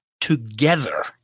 together